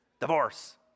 divorce